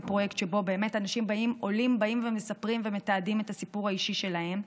פרויקט שבו עולים באים ומספרים ומתעדים את הסיפור האישי שלהם,